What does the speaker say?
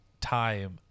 time